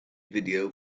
video